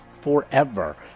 forever